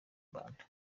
mbanda